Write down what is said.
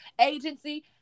agency